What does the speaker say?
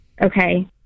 Okay